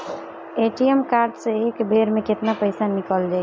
ATM card से एक बेर मे केतना पईसा निकल जाई?